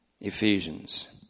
Ephesians